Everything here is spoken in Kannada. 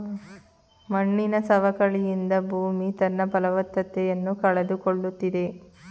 ಮಣ್ಣಿನ ಸವಕಳಿಯಿಂದ ಭೂಮಿ ತನ್ನ ಫಲವತ್ತತೆಯನ್ನು ಕಳೆದುಕೊಳ್ಳುತ್ತಿದೆ